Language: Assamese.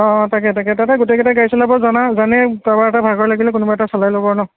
অ' তাকে তাকে তাতে গোটেইকেইটাই গাড়ী চলাব জনা জানেই কাৰোবাৰ এটাৰ ভাগৰ লাগিলে কোনোবা এটাই চলাই ল'ব আৰু ন